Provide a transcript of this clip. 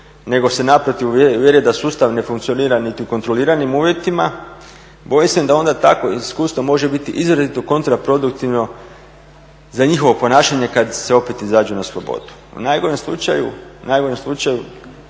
nego se naprotiv uvjere da sustav ne funkcionira niti u kontroliranim uvjetima bojim se da onda takvo iskustvo može biti izrazito kontraproduktivno za njihovo ponašanje kad se opet izađe na slobodu. U najgorem slučaju,